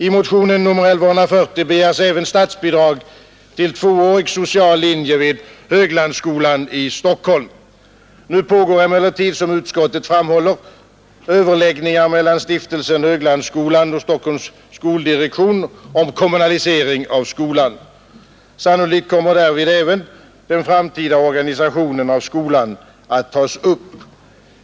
I motionen 1140 begäres även statsbidrag till tvåårig social linje vid Höglandsskolan i Stockholm. Nu pågår emellertid som utskottet framhåller överläggningar mellan Stiftelsen Höglandsskolan och Stockholms skoldirektion om kommunalisering av skolan. Sannolikt kommer därvid även den framtida organisationen av skolan att tas upp.